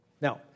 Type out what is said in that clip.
Now